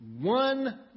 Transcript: One